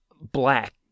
Black